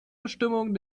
bestimmung